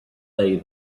day